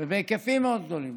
ובהיקפים מאוד גדולים.